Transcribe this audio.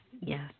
yes